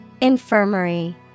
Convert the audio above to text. Infirmary